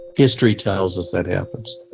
history tells us that happens